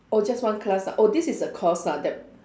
oh just one class oh this is a course ah that